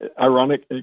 ironic